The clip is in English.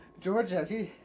Georgia